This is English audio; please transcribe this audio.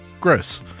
gross